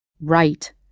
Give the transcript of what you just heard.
Right